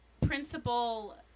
principal